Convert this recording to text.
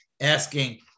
asking